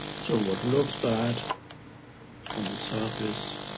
so what looks bad on the surface